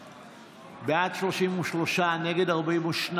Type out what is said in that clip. בעד, 33, נגד, 42,